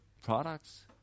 products